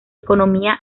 economía